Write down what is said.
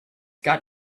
got